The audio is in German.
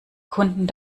kunden